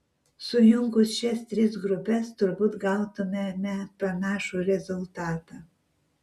sujungus šias tris grupes turbūt gautumėme panašų rezultatą